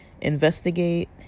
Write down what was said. investigate